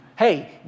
Hey